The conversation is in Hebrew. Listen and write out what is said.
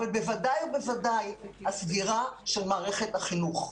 אבל בוודאי ובוודאי הסגירה של מערכת החינוך.